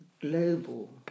global